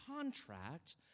contract